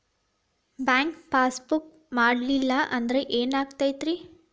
Bank passbook ಮಾಡಲಿಲ್ಲ ಅಂದ್ರೆ ಏನ್ ಆಗ್ತೈತಿ?